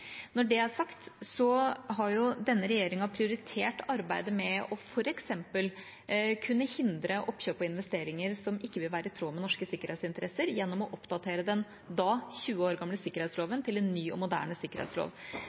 Når det er sagt, har denne regjeringa prioritert arbeidet med f.eks. å kunne hindre oppkjøp og investeringer som ikke vil være i tråd med norske sikkerhetsinteresser, gjennom å oppdatere den da 20 år gamle sikkerhetsloven til en ny og moderne sikkerhetslov.